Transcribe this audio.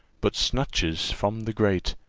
but snatches from the great,